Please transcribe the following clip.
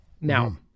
now